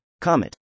Comet